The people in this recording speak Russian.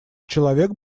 человек